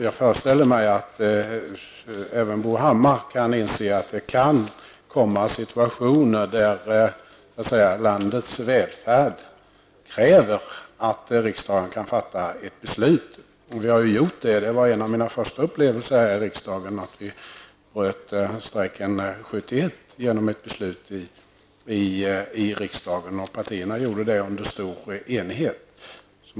Jag föreställer mig att även Bo Hammar inser att det kan finnas situationer där landets välfärd kräver att riksdagen kan fatta ett beslut. Det har vi ju gjort. En av mina första upplevelser här i riksdagen var att vi bröt strejken 1971 genom ett beslut i riksdagen. Partierna gjorde detta under stor enighet.